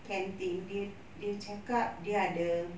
canteen they they cakap they ada